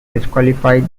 disqualified